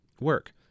work